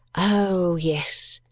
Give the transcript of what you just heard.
oh, yes,